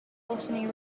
botany